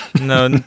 no